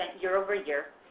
year-over-year